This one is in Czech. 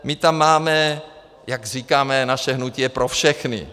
My tam máme jak říkáme, naše hnutí je pro všechny.